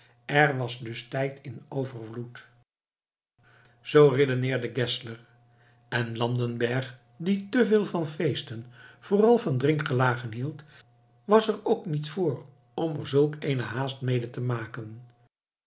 er was dus tijd in overvloed z redeneerde geszler en landenberg die te veel van feesten vooral van drinkgelagen hield was er ook niet voor om er zulk eene haast mede te maken